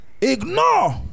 Ignore